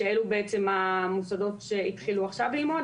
שאלו המוסדות שהתחילו ללמוד עכשיו.